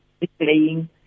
displaying